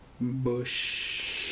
Bush